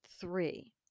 three